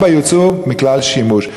יצאו מכלל שימוש.